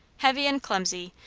heavy and clumsy,